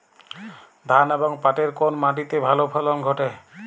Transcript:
ধান এবং পাটের কোন মাটি তে ভালো ফলন ঘটে?